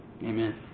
amen